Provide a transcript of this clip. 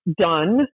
done